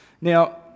Now